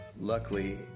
Luckily